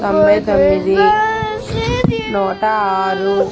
తొంభై తొమ్మిది నూట ఆరు